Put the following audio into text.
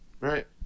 Right